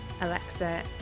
Alexa